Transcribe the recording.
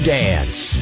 dance